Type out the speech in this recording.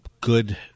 good